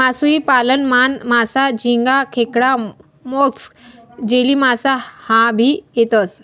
मासोई पालन मान, मासा, झिंगा, खेकडा, मोलस्क, जेलीमासा ह्या भी येतेस